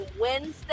Wednesday